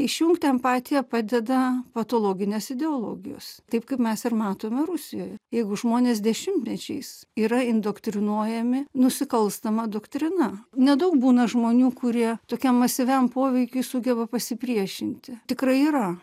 išjungti empatiją padeda patologinės ideologijos taip kaip mes ir matome rusijoj jeigu žmonės dešimtmečiais yra indoktrinuojami nusikalstama doktrina nedaug būna žmonių kurie tokiam masyviam poveikiui sugeba pasipriešinti tikrai yra